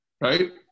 Right